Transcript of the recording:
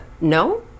No